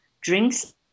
Drinks